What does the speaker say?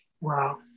Wow